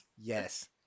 Yes